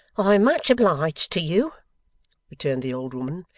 i am much obliged to you returned the old woman,